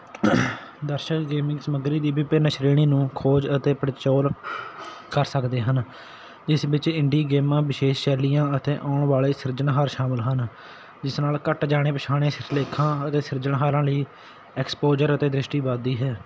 ਦਰਸ਼ਕ ਗੇਮਿੰਗ ਸਮੱਗਰੀ ਦੀ ਵਿਭਿੰਨ ਸ਼੍ਰੇਣੀ ਨੂੰ ਖੋਜ ਅਤੇ ਪੜਚੋਲ ਕਰ ਸਕਦੇ ਹਨ ਜਿਸ ਵਿੱਚ ਇੰਡੀ ਗੇਮਾਂ ਵਿਸ਼ੇਸ਼ ਸ਼ੈਲੀਆਂ ਅਤੇ ਆਉਣ ਵਾਲੇ ਸਿਰਜਣਹਾਰ ਸ਼ਾਮਿਲ ਹਨ ਜਿਸ ਨਾਲ ਘੱਟ ਜਾਣੇ ਪਛਾਣੇ ਸਿਰਲੇਖਾਂ ਅਤੇ ਸਿਰਜਣਹਾਰਾਂ ਲਈ ਐਕਸਪੋਜਰ ਅਤੇ ਦ੍ਰਿਸ਼ਟੀ ਵਧਦੀ ਹੈ